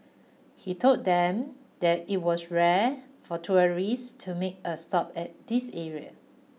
he told them that it was rare for tourists to make a stop at this area